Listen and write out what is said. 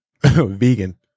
vegan